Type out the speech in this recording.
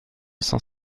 cent